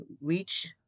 reach